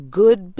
good